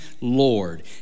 Lord